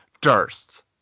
Durst